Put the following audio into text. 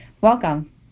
Welcome